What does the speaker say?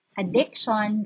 addiction